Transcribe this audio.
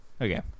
okay